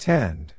Tend